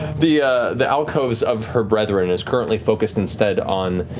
the the alcoves of her brethren, is currently focused instead on,